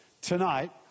tonight